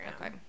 okay